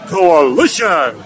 Coalition